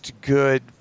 good